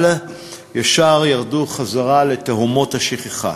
אבל ישר ירדו חזרה לתהומות השכחה.